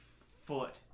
foot